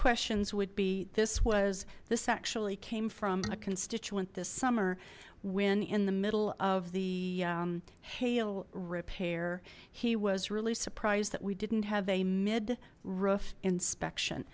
questions would be this was this actually came from a constituent this summer when in the middle of the hail repair he was really surprised that we didn't have a mid roof inspection